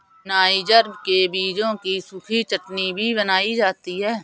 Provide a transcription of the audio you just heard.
niger के बीजों की सूखी चटनी भी बनाई जाती है